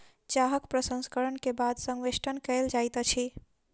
चाहक प्रसंस्करण के बाद संवेष्टन कयल जाइत अछि